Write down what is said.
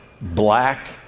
black